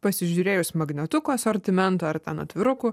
pasižiūrėjus magnetukų asortimento ar ten atvirukų